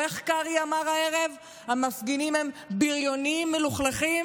או איך קרעי אמר הערב: המפגינים הם בריונים מלוכלכים,